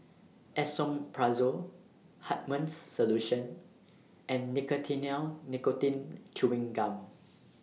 Esomeprazole Hartman's Solution and Nicotinell Nicotine Chewing Gum